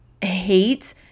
hate